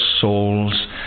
souls